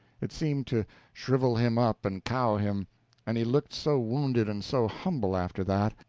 it seemed to shrivel him up and cow him and he looked so wounded and so humble after that,